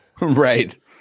Right